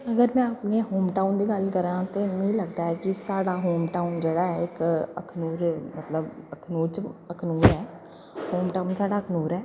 अगर में अपने होमटाऊन दी गल्ल करां ते मिगी लगदा ऐ कि साढ़ा होमटाऊन ऐ जेह्ड़ा इक्क मतलव अखनूर अखनूर ऐ होमटाऊन साढ़ा अखनूर ऐ